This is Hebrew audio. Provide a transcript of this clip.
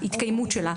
מההתקיימות שלה,